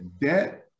Debt